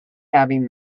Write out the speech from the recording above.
having